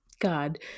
God